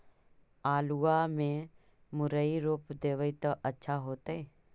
आलुआ में मुरई रोप देबई त अच्छा होतई?